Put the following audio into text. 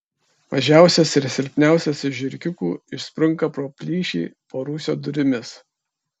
mažiausias ir silpniausias iš žiurkiukų išsprunka pro plyšį po rūsio durimis